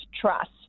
Trust